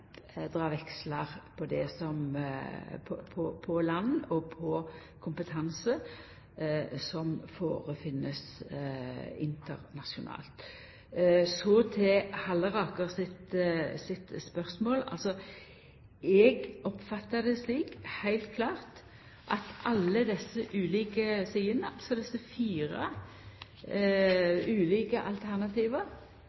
dra vekslar på kompetanse som finst internasjonalt. Så til Halleraker sitt spørsmål: Eg oppfattar det slik, heilt klart, at alle desse ulike sidene – desse fire